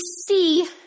see